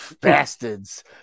Bastards